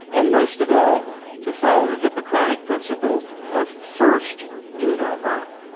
and most of all to follow the hippocratic principle of first do no harm.